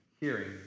hearing